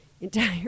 entire